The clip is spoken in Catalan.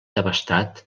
devastat